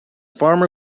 farmer